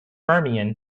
fermion